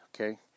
Okay